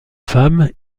femme